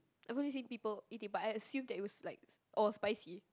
I always see people it is bias assume that it was like all spicy